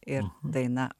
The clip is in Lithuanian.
ir daina